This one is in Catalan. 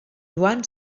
joan